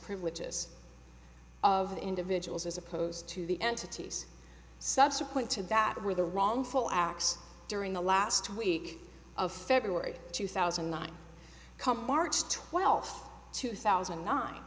privileges of individuals as opposed to the entities subsequent to that were the wrongful acts during the last week of february two thousand and nine come march twelfth two thousand